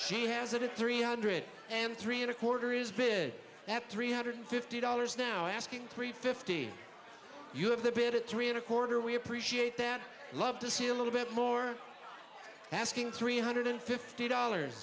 she has it at three hundred and three and a quarter is bid at three hundred fifty dollars now asking three fifty you have the bid it three and a quarter we appreciate that love to see a little bit more asking three hundred fifty dollars